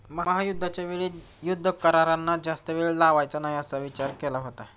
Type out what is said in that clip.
महायुद्धाच्या वेळी युद्ध करारांना जास्त वेळ लावायचा नाही असा विचार केला होता